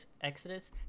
Exodus